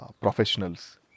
professionals